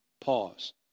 Pause